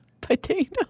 Potato